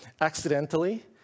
accidentally